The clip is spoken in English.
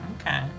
Okay